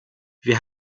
wir